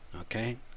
okay